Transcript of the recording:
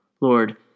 Lord